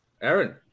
Aaron